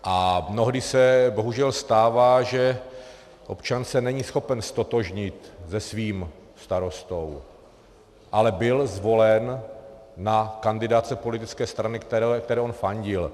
A mnohdy se, bohužel, stává, že občan se není schopen ztotožnit se svým starostou, ale byl zvolen na kandidátce politické strany, které fandil.